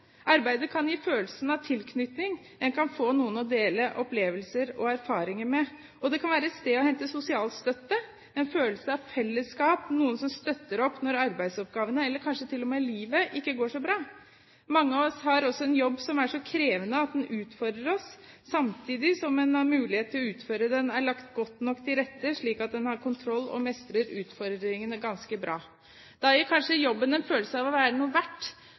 Arbeidet kan gi følelsen av tilknytning – en kan få noen å dele opplevelser og erfaringer med. Det kan være et sted å hente sosial støtte, en følelse av fellesskap, noen som støtter opp når arbeidsoppgavene, eller kanskje til og med livet, ikke går så bra. Mange av oss har også en jobb som er så krevende at den utfordrer oss, samtidig som mulighetene til å utføre den er lagt godt nok til rette, slik at en har kontroll og mestrer utfordringene ganske bra. Da gir kanskje jobben en følelse av å være noe verdt,